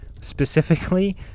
specifically